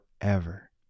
forever